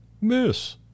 Miss